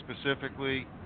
specifically